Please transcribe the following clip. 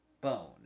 bone